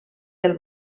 del